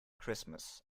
christmas